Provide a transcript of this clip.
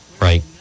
right